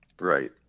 Right